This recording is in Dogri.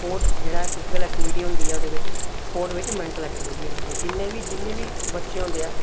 स्पोर्ट जेह्ड़ा ऐ फिजिकल एक्टीविटी होंदी ऐ एह्दे बिच स्पोर्ट बिच मेंटल एक्टीविटी होंदी ऐ जिन्ने बी जिन्ने बी बच्चे होंदे ऐ